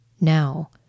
now